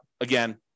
again